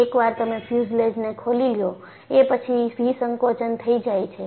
એકવાર તમે ફ્યુઝલેજને ખોલી લ્યો એ પછી વિસંકોચન થઈ જાય છે